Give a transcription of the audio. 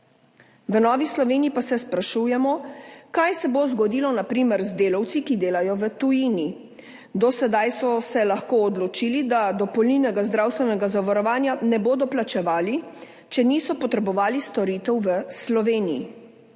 V Novi Sloveniji pa se sprašujemo, kaj se bo zgodilo na primer z delavci, ki delajo v tujini? Do sedaj so se lahko odločili, da dopolnilnega zdravstvenega zavarovanja ne bodo plačevali, če niso potrebovali storitev v Sloveniji.